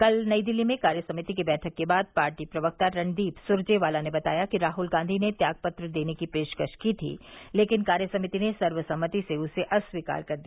कल नई दिल्ली में कार्य समिति की बैठक के बाद पार्टी प्रवक्ता रणदीप सुरजेवाला ने बताया कि राहुल गांधी ने त्याग पत्र देने की पेशकश की थी लेकिन कार्य समिति ने सर्वसम्मति से उसे अस्वीकार कर दिया